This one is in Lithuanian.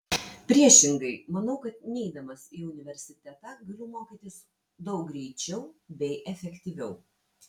priešingai manau kad neidamas į universitetą galiu mokytis daug greičiau bei efektyviau